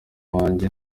wanjye